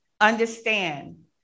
understand